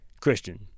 Christian